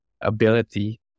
ability